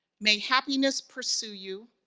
may happiness pursue you,